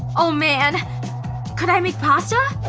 oh man could i make pasta?